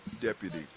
deputy